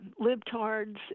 libtards